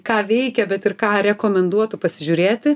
ką veikia bet ir ką rekomenduotų pasižiūrėti